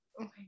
Okay